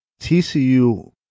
TCU